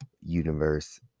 universe